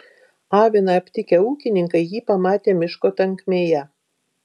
aviną aptikę ūkininkai jį pamatė miško tankmėje